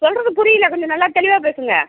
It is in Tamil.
சொல்கிறது புரியலை கொஞ்சம் நல்லா தெளிவாக பேசுங்க